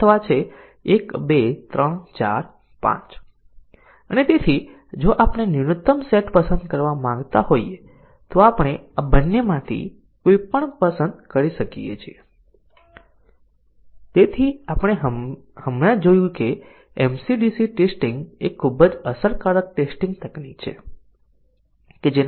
તેથી અમારો અર્થ એ છે કે આપણે કોઈ પણ એક એટોમિક કન્ડિશન માટે રાખીએ છીએ આપણે અન્ય કન્ડિશન ને સતત રાખીશું અને માત્ર એટોમિકની કન્ડિશન ને સાચા અને ખોટામાં બદલીશું અને બ્રાંચના પરિણામને સાચા અને ખોટામાં બદલવું જોઈએ